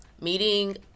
meeting